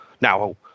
Now